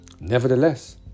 nevertheless